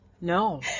No